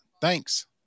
thanks